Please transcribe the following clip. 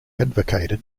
advocated